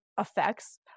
effects